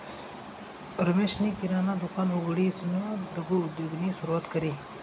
रमेशनी किराणा दुकान उघडीसन लघु उद्योगनी सुरुवात करी